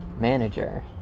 Manager